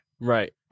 Right